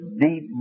deep